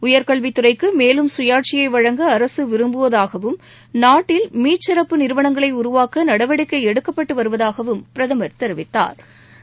உயர்கல்வி துறைக்கு மேலும் சுபாட்சியை வழங்க அரசு விரும்புவதாகவும் நாட்டில் மீக்சிறப்பு நிறுவனங்களை உருவாக்க நடவடிக்கை எடுக்கப்பட்டு வருவதாகவும் பிரதம் தெரிவித்தாா்